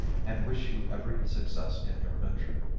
and wish you every success in your venture